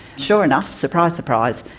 sure enough, surprise-surprise,